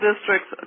districts